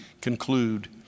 conclude